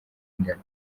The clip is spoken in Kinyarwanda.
ingano